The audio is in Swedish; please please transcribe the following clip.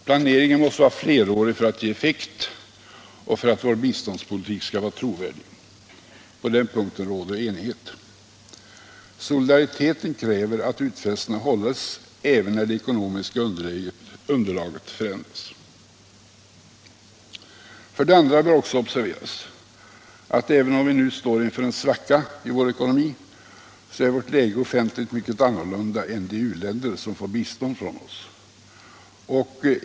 Planeringen måste vara flerårig för att ge effekt och för att vår biståndspolitik skall vara trovärdig. Solidariteten kräver att utfästelserna hålles, även" när det ekonomiska underlaget förändras. För det andra bör också observeras att även om vi nu står inför en svacka i vår ekonomi, så är vårt läge ofantligt mycket annorlunda än de u-länders som får bistånd från oss.